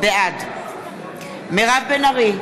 בעד מירב בן ארי,